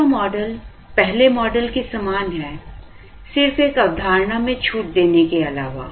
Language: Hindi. दूसरा मॉडल पहले मॉडल के समान है सिर्फ एक अवधारणा में छूट देने के अलावा